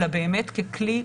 אלא באמת ככלי,